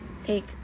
take